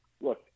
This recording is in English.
look